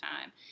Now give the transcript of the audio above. time